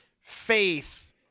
faith